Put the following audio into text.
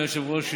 אדוני היושב-ראש,